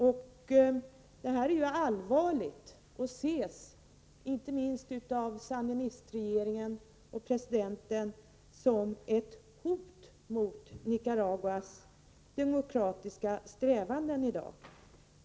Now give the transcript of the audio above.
Uttalandena är allvarliga och ses av sandinistregeringen och presidenten som ett hot mot Nicaraguas demokratiska strävanden.